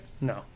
No